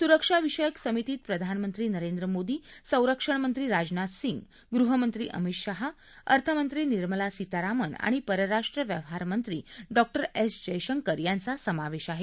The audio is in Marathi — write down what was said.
सुरक्षाविषयक समितीत प्रधानमंत्री नरेंद्र मोदी संरक्षणमंत्री राजनाथ सिंग गृहमंत्री अमित शहा अर्थमंत्री निर्मला सीतारामन आणि परराष्ट्र व्यवहारमंत्री डॉ एस जयशंकर यांचा समावेश आहे